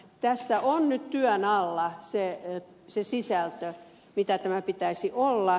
tässä on nyt työn alla se sisältö mitä tämän pitäisi olla